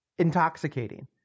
intoxicating